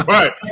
Right